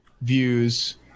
views